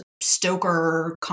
Stoker